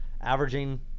averaging